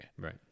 Right